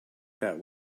that